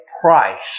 price